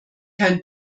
kein